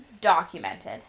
documented